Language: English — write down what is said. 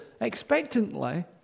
expectantly